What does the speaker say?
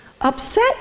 upset